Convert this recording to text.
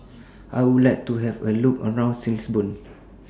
I Would like to Have A Look around Lisbon